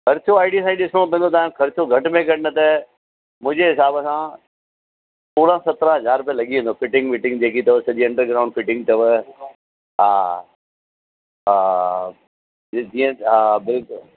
ख़र्चो आइडिए सां हीअ ॾिसणो पवंदो ख़र्चो घटि में घटि न त मुंहिंजे हिसाब सां सोरहं सत्रहं हज़ार रुपया लॻी वेंदव फ़िटिंग विटिंग जेकी अथव सॼी अंडरग्राउंड फ़िटिंग अथव हा हा ॾिस जीअं हा बिल्कुलु